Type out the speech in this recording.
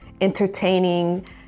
entertaining